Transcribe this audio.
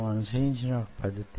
మీ వద్ద వొక మాస్క్ వున్నది